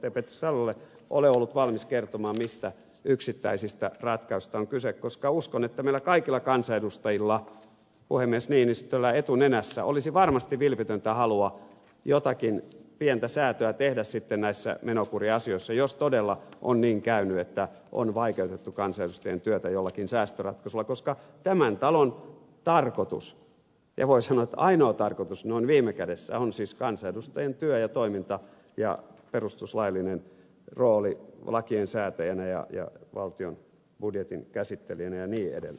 petri salolle ole ollut valmis kertomaan mistä yksittäisistä ratkaisuista on kyse koska uskon että meillä kaikilla kansanedustajilla puhemies niinistöllä etunenässä olisi varmasti vilpitöntä halua jotakin pientä säätöä tehdä sitten näissä menokuriasioissa jos todella on niin käynyt että on vaikeutettu kansanedustajien työtä jollakin säästöratkaisulla koska tämän talon tarkoitus ja voi sanoa ainoa tarkoitus noin viime kädessä on siis kansanedustajien työ ja toiminta ja perustuslaillinen rooli lakien säätäjänä ja valtion budjetin käsittelijänä ja niin edelleen